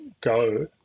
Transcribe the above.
Go